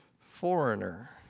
foreigner